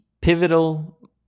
pivotal